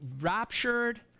raptured